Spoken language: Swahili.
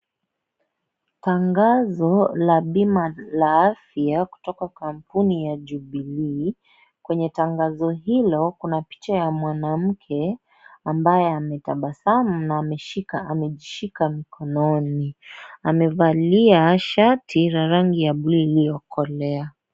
Tangazo la bima la afya kutoka kwa kampuni ya Jubilee. Kwenye tangazo hilo, kuna picha ya mwanamke ambaye ametabasamu na amejishika mikononi. Amevalia shati la rangi ya bluu iliokolea.